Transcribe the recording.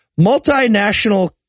multinational